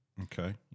Okay